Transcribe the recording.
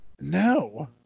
no